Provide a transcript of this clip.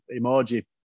emoji